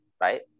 right